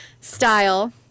style